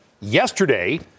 yesterday